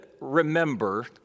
remember